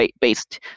based